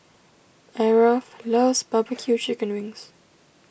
Aarav loves Barbecue Chicken Wings